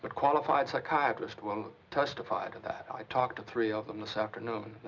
qualified psychiatrist will testify to that. i talked to three of them this afternoon.